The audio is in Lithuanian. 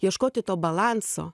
ieškoti to balanso